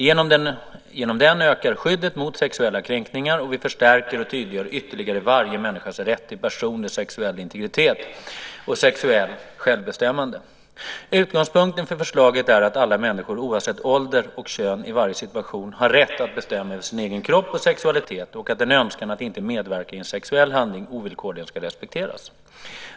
Genom den ökar skyddet mot sexuella kränkningar och vi förstärker och tydliggör ytterligare varje människas rätt till personlig och sexuell integritet och sexuellt självbestämmande. Utgångspunkten för förslaget är att alla människor oavsett ålder och kön i varje situation har rätt att bestämma över sin egen kropp och sexualitet och att en önskan att inte medverka i en sexuell handling ovillkorligen ska respekteras.